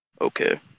okay